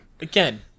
Again